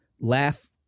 laugh